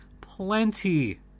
Plenty